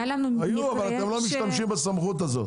אבל אתם לא משתמשים בסמכות הזו.